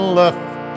left